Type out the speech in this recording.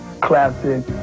classic